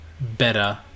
better